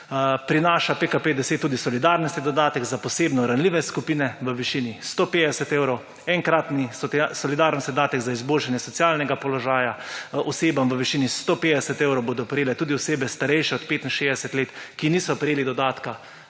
Prinaša PKP10 tudi solidarnostni dodatek za posebno ranljive skupine v višini 150 evrov, enkratni solidarnostni dodatek za izboljšanje socialnega položaja osebam v višini 150 evrov, bodo prejele tudi osebe, starejše od 65 let, ki niso prejeli dodatka